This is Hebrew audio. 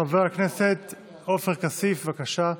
חבר הכנסת עופר כסיף, בבקשה.